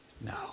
No